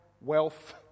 wealth